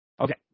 okay